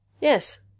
Yes